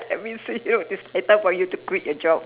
I mean sit here like this better for you to quit the job